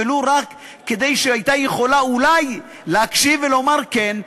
ולו רק כי הייתה יכולה אולי להקשיב ולומר: כן,